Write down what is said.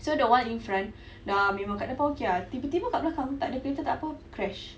so the one in front dah memang kat depan okay ah tiba-tiba kat belakang tak ada kereta tak apa crash